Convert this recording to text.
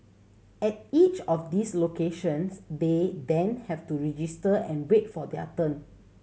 at each of these locations they then have to register and wait for their turn